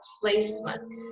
placement